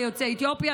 יוצאי אתיופיה,